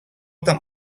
tam